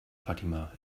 fatima